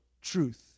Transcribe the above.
truth